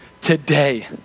today